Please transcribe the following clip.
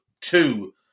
two